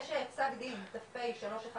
יש פסק דין ת"פ 314807/11